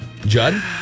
Judd